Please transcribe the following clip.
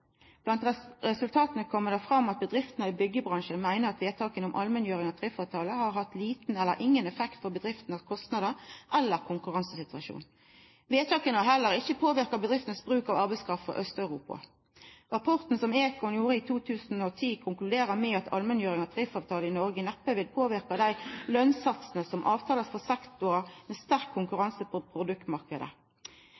resultata kjem det fram at bedriftene i byggjebransjen meiner at vedtaka om allmenngjering av tariffavtaler har hatt liten eller ingen effekt for bedriftenes kostnader eller konkurransesituasjon. Vedtaka har heller ikkje påverka bedriftenes bruk av arbeidskraft frå Aust-Europa. Rapporten som Econ Pöyry gjorde i 2010, konkluderer med at allmenngjering av tariffavtaler i Noreg neppe vil påverka dei satsane for løn som blir avtalte for sektorar med sterk